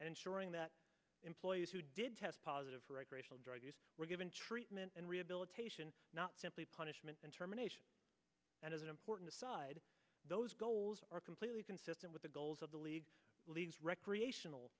ensuring that employees who did test positive for recreational drug use were given treatment and rehabilitation not simply punishment and terminations and as an important aside those goals are completely consistent with the goals of the league leads recreational